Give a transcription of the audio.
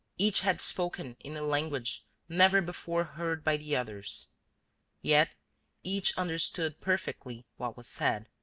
each had spoken in a language never before heard by the others yet each understood perfectly what was said.